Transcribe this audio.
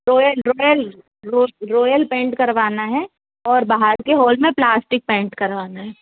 royal royale रो royale paint करवाना है और बाहर के हॉल मे प्लास्टिक पेंट करवाना है